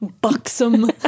buxom